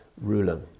ruler